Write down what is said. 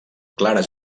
clares